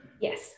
Yes